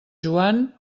joan